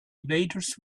invaders